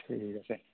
ঠিক আছে